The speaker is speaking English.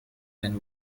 and